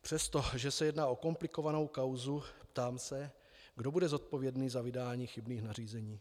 Přestože se jedná o komplikovanou kauzu, ptám se, kdo bude zodpovědný za vydání chybných nařízení.